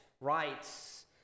rights